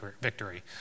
victory